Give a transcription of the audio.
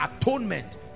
atonement